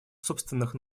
собственных